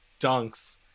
Dunks